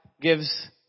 gives